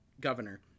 governor